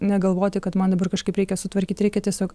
negalvoti kad man dabar kažkaip reikia sutvarkyti reikia tiesiog